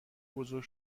بزرگ